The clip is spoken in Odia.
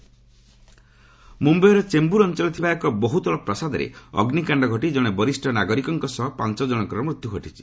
ମୁମ୍ଘାଇ ଫାୟାର୍ ମ୍ରମ୍ୟାଇର ଚେମ୍ଭର ଅଞ୍ଚଳରେ ଥିବା ଏକ ବହ୍ରତଳ ପ୍ରାସାଦରେ ଅଗ୍ରିକାଣ୍ଡ ଘଟି ଜଣେ ବରିଷ ନାଗରିକଙ୍କ ସହ ପାଞ୍ଚ ଜଣଙ୍କର ମୃତ୍ୟୁ ଘଟିଛି